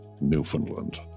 Newfoundland